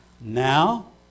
Now